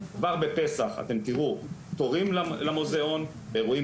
כבר בפסח אתם תיראו תורים למוזיאון לאירועים